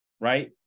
right